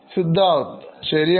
Siddharth ശരിയാണ്